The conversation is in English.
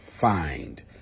find